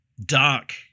dark